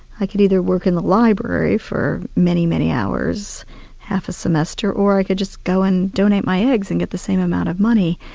i can either work in the library for many, many hours half a semester or i could just go and donate my eggs and get the same amount of money,